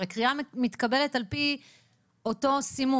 הרי קריאה מתקבלת על פי אותו סימון.